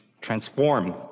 transform